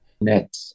net